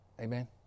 Amen